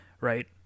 right